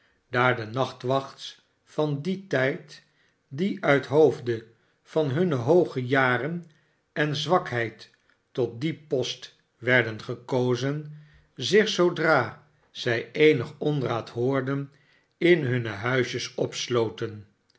daar de nachtwachts van dien tijd die uit hoofde van hunne hooge jaren en zwakheid tot dien post werden gekozen zich zoodra zij eenig onraad hoorden in hunne huisjes opsloten